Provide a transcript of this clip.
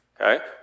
Okay